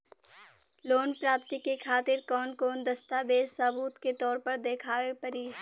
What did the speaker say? Loan प्राप्ति के खातिर कौन कौन दस्तावेज सबूत के तौर पर देखावे परी?